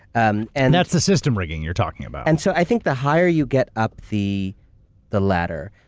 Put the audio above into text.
um and that's the system rigging you're talking about. and so i think the higher you get up the the ladder,